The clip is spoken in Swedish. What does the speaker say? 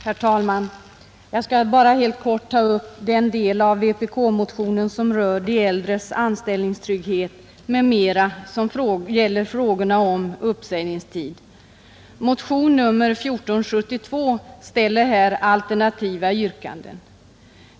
Herr talman! Jag skall bara helt kort ta upp den del av vpk-motionen om de äldres anställningstrygghet m.m. som gäller frågorna om uppsägningstid. Motionen 1472 ställer här alternativa yrkanden.